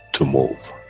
to move,